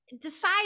decide